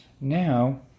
Now